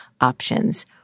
options